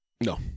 No